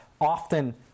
often